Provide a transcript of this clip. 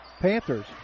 Panthers